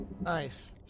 Nice